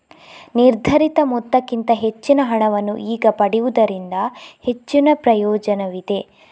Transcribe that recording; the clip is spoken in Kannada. ನಿರ್ಧರಿತ ಮೊತ್ತಕ್ಕಿಂತ ಹೆಚ್ಚಿನ ಹಣವನ್ನು ಈಗ ಪಡೆಯುವುದರಿಂದ ಹೆಚ್ಚಿನ ಪ್ರಯೋಜನವಿದೆ